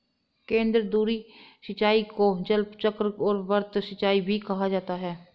केंद्रधुरी सिंचाई को जलचक्र और वृत्त सिंचाई भी कहा जाता है